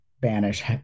banish